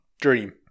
Dream